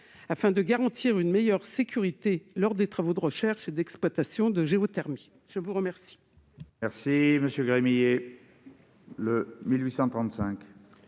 est de garantir une meilleure sécurité lors des travaux de recherche et d'exploitation de géothermie. La parole